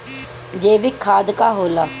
जैवीक खाद का होला?